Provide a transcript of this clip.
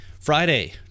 Friday